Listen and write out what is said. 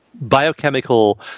biochemical